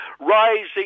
rising